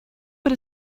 put